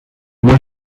moi